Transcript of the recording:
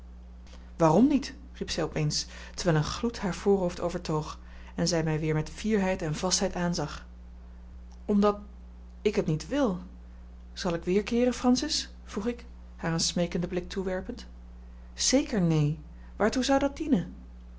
waarom niet riep zij op eens terwijl een gloed haar voorhoofd overtoog en zij mij weer met fierheid en vastheid aanzag omdat ik het niet wil zal ik weerkeeren francis vroeg ik haar een smeekenden blik toewerpend zeker neen waartoe zou dat dienen